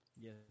Yes